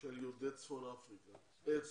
של יהודי צפון אמריקה.